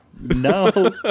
no